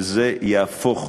שזה יהפוך